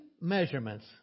measurements